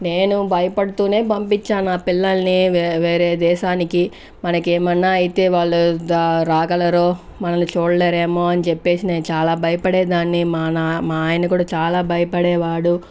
నేను బయపడుతూనే పంపించాను మా పిల్లల్ని వే వేరే దేశానికి మనకి ఏమైనా అయితే వాళ్ళు దా రాగలరో మనల్ని చూడ్లేరేమో అని చెప్పేసి నేను చాలా బయపడేదాన్ని మా నాన్ మా ఆయన కూడ చాలా బయపడేవాడు